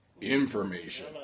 information